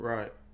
Right